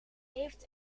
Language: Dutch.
heeft